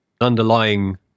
underlying